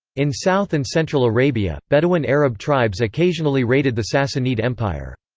in south and central arabia, bedouin arab tribes occasionally raided the sassanid empire.